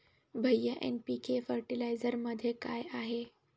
भैय्या एन.पी.के फर्टिलायझरमध्ये काय आहे?